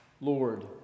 Lord